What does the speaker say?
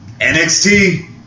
NXT